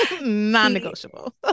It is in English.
Non-negotiable